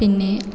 പിന്നെ